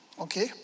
Okay